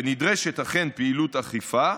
ונדרשת אכן פעילות אכיפה,